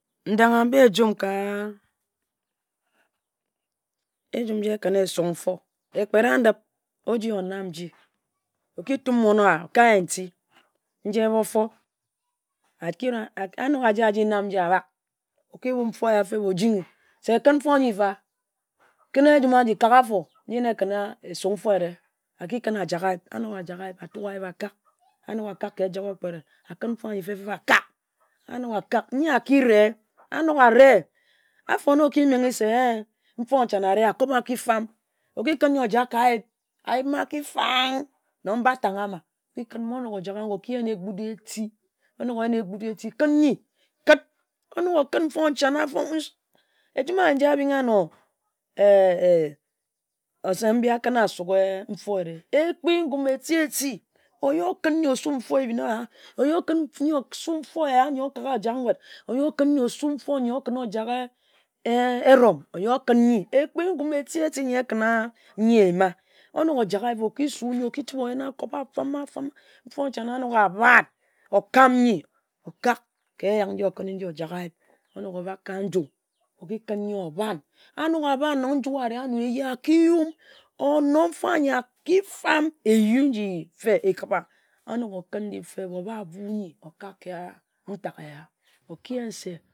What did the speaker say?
Nndanga-mba ejum nji ekǝnna esuk mfo, ekpera-ndip, oji o-nam nji, oki tom mon-owa o-kai nti nji-e bo-for anok aji nam nji abak, o-ki bu-b nfo ehye feb ojinghi, se kǝn nfo nyi-nfa, kǝn ejum-aji kak afo, nji na esuk nfo-ere a ki kǝn ajak ayi-. Anok ajak ayip, a-tuk ayip akak ka ejak okpe-re, akǝn nfo anyi fe-e feb akak. Anok akak, nyi aki ree a nok aree, afor na oki-menghe se nfo nehan-ne aree, akop aki-fam. Oki kǝn nyi ojak ka ayip, ayip-ma aki fang nong bat ang a-ma. Onok ojak a-goe, eki-yen egbo-du-eti. Kǝn nyi kǝt, onok o-kǝt nyi, nfo nchan-ne. Ejum a-ji nji a-binghe eee osep mbi akǝnna asuk mfo ere. Ekpi ngum eti-ti oyi okon nyi osu mfo ehbin eya, osu mfo ehye nyi okagha ojak nwut, oyi okǝn nyi osu mfo y nyi eeee oyi okak ojak erum. Ekpi ngum etiti nyi ekǝnna eyima. Onok ojak ayip oki yen akop afama-fama. Mfo nchan-ne anok a bhat, okam nyi okok ka eyak nji okǝnne ojak ayip. Onok obhak ka nju oki kǝn nyi Oban. Onok okan, nong njue ari-anor ehye, aki yum. Onor mfo anyi aki fam. Eyue nji-fee ekip-ba onok oye ghi nyi o-bu-e okak ka ntak ehya.